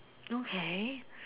okay